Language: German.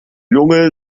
lunge